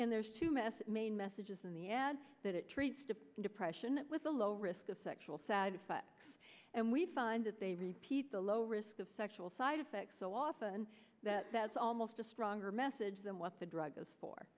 and there's two message main messages in the ad that it treats the depression with a low risk of sexual side effects and we find that they repeat the low risk of sexual side effects so often that that's almost a stronger message than what the drug